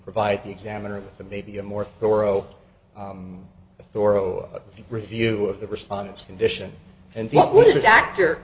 provide the examiner with a maybe a more thorough a thorough review of the respondents condition and